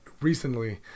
recently